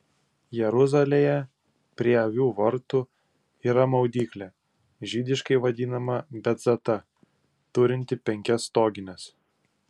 jeruzalėje prie avių vartų yra maudyklė žydiškai vadinama betzata turinti penkias stogines